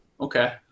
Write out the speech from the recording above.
Okay